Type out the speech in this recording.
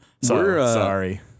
Sorry